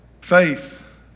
Faith